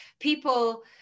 People